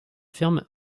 firme